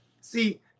see